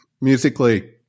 musically